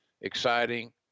exciting